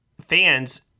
fans –